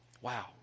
Wow